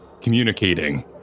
communicating